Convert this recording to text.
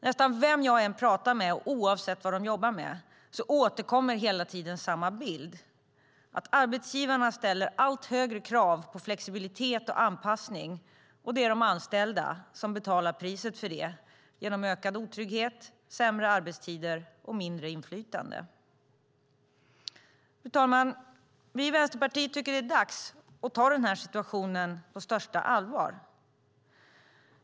Nästan oavsett vem jag pratar med och oavsett vad de jobbar med återkommer hela tiden samma bild: Arbetsgivarna ställer allt högre krav på flexibilitet och anpassning. Det är de anställda som betalar priset för det genom ökad otrygghet, sämre arbetstider och mindre inflytande. Fru talman! Vi i Vänsterpartiet tycker att det är dags att ta situationen på största allvar.